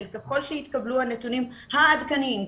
שככול שיתקבלו הנתונים העדכניים,